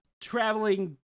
Traveling